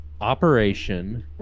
Operation